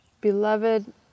beloved